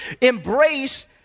embrace